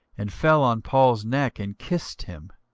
and fell on paul's neck, and kissed him,